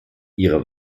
ihre